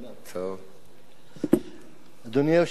אדוני היושב-ראש,